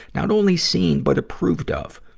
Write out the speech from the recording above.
not only seen, but approved of.